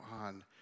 on